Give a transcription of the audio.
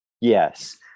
Yes